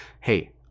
hey